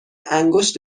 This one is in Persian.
انگشت